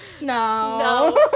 No